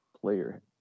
player